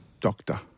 Doctor